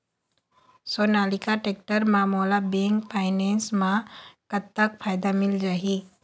Sonalika tractor म मोला bank finance म कतक फायदा मिल जाही?